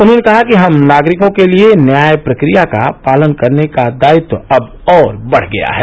उन्होंने कहा कि हम नागरिकों के लिए न्याय प्रकिया का पालन करने का दायित्व अब और बढ़ गया है